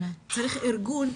צריך ארגון,